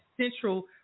central